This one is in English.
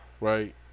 Right